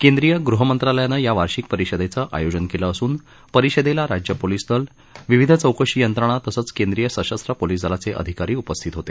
केंद्रीय गृहमंत्रालयानं या वार्षिक परिषदेचं आयोजन केलं असून परिषदेला राज्य पोलिस दल विविध चौकशी यंत्रणा तसंच केंद्रीय सशस्त्र पोलिस दलाचे अधिकारी उपस्थित होते